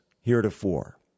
heretofore